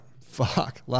fuck